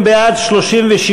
חברים, בעד, 36,